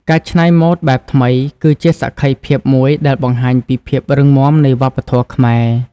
ការច្នៃម៉ូដបែបថ្មី គឺជាសក្ខីភាពមួយដែលបង្ហាញពីភាពរឹងមាំនៃវប្បធម៌ខ្មែរ។